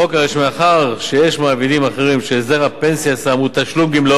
הרי שמאחר שיש מעבידים אחרים שהסדר הפנסיה אצלם הוא תשלום גמלאות